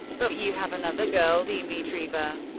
but you have another girl, dmitrieva.